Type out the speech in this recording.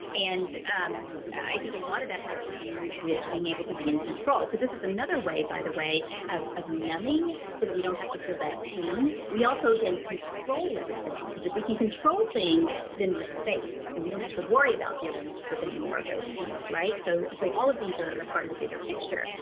and um i think a lot of that has to do with being able to be in control, because this is another way, by the way, of of numbing so that we don't have to feel that pain. we also then control everything, because if we can control things, then we're safe, and we don't have to worry about dealing with any more of those pains. right? so so all of these are are part of the bigger picture,